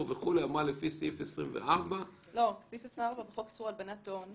אנחנו לא מעבירים מידע לרשות לאיסור הלבנת הון,